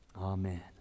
Amen